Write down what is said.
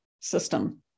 system